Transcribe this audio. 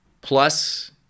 plus